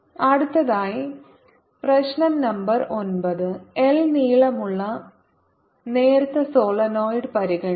അടുത്തതായി പ്രശ്നo number 9 L നീളമുള്ള നേർത്ത സോളിനോയിഡ് പരിഗണിക്കുക